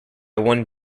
one